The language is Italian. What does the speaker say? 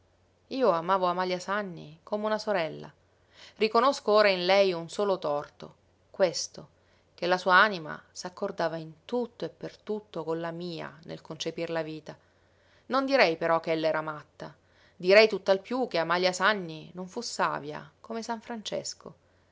io amavo amalia sanni come una sorella riconosco ora in lei un solo torto questo che la sua anima s'accordava in tutto e per tutto con la mia nel concepir la vita non direi però ch'ella era matta direi tutt'al piú che amalia sanni non fu savia come san francesco